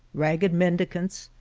ragged mendicants,